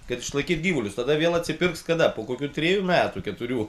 kad išlaikyti gyvulius tada vėl atsipirks kada po kokių trijų metų keturių